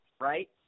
right